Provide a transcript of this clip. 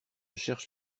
cherche